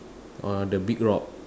on the big rock